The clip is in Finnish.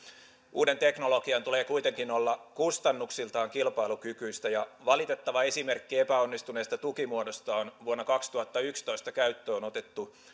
uuden teknologian tulee kuitenkin olla kustannuksiltaan kilpailukykyistä ja valitettava esimerkki epäonnistuneesta tukimuodosta on vuonna kaksituhattayksitoista käyttöön otettu